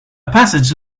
passage